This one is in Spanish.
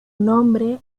nombre